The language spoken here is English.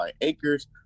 Acres